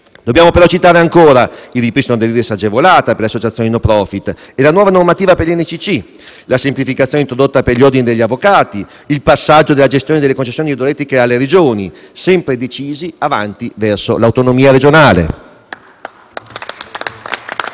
Dobbiamo però citare ancora il ripristino dell'IRES agevolata per le associazioni *no profit* e la nuova normativa per gli NCC, la semplificazione introdotta per gli ordini degli avvocati, il passaggio della gestione delle concessioni idroelettriche alle Regioni (avanti verso l'autonomia regionale).